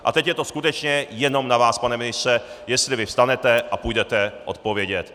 A teď je to skutečně jenom na vás, pane ministře, jestli vstanete a půjdete odpovědět.